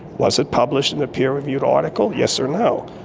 was it published in a peer-reviewed article, yes or no?